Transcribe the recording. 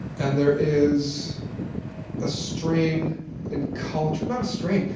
and there is a strain in culture, not a strain,